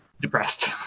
depressed